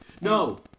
No